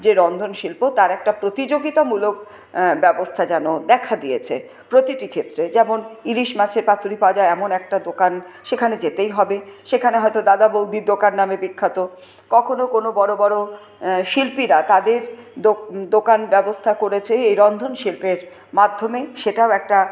যে রন্ধনশিল্প তার একটা প্রতিযোগিতামূলক ব্যবস্থা যেন দেখা দিয়েছে প্রতিটি ক্ষেত্রে যেমন ইলিশ মাছের পাতুরি পাওয়া যায় এমন একটা দোকান সেখানে যেতেই হবে সেখানে হয়তো দাদাবৌদির দোকান নামে বিখ্যাত কখনও কোনও বড়ো বড়ো শিল্পীরা তদের দোক দোকান ব্যবস্থা করেছে এই রন্ধনশিল্পের মাধ্যমে সেটাও একটা